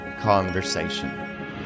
conversation